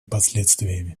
последствиями